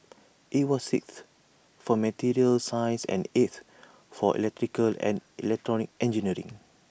IT was sixth for materials science and eighth for electrical and electronic engineering